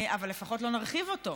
אבל לפחות לא נרחיב אותו,